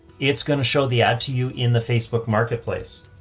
it's going to show the ad to you in the facebook marketplace.